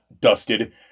dusted